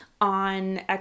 on